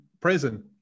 prison